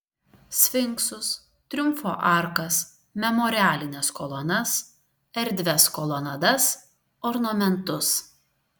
sfinksus triumfo arkas memorialines kolonas erdvias kolonadas ornamentus